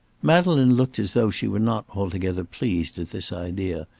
madeleine looked as though she were not altogether pleased at this idea,